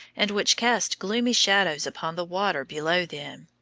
and which cast gloomy shadows upon the water below them.